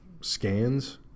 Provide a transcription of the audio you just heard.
scans